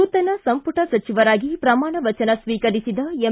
ನೂತನ ಸಂಪುಟ ಸಚಿವರಾಗಿ ಪ್ರಮಾಣ ವಚನ ಸ್ವೀಕರಿಸಿದ ಎಂ